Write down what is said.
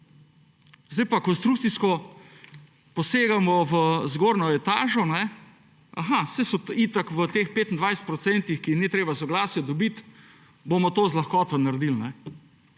Zdaj pa konstrukcijsko posegamo v zgornjo etažo, aha, saj so itak v teh 25 %, ki jim ni treba soglasja dobiti bomo to z lahkoto naredili.